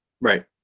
right